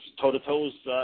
toe-to-toes